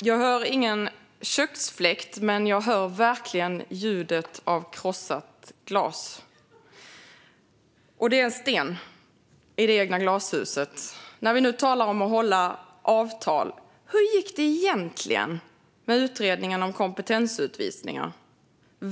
Jag hör ingen köksfläkt, men jag hör verkligen ljudet av krossat glas. Det kastas nämligen sten i det egna glashuset. När vi nu talar om att hålla avtal, hur gick det egentligen med utredningen om kompetensutvisningar?